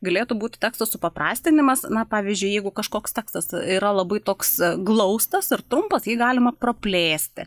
galėtų būt teksto supaprastinamas na pavyzdžiui jeigu kažkoks tekstas yra labai toks glaustas ir trumpas jį galima praplėsti